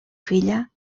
filla